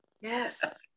Yes